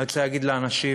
אני רוצה להגיד לאנשים: